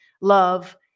love